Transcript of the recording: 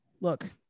look